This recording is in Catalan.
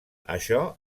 això